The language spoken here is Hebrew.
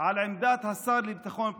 על עמדת השר לביטחון הפנים.